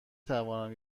توانم